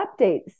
updates